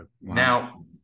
Now